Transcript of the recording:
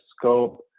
scope